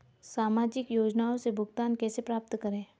सामाजिक योजनाओं से भुगतान कैसे प्राप्त करें?